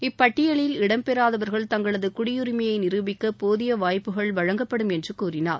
இப்பட்டியலில் இடம்பெறாதவர்கள் தங்களது குடியுரிமையை நிரூபிக்க போதிய வாய்ப்புகள் வழங்கப்படும் என்று கூறினார்